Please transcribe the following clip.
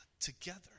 together